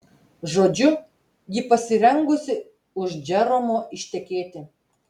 žodžiu ji pasirengusi už džeromo ištekėti